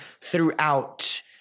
throughout